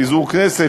פיזור הכנסת,